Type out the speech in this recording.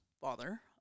father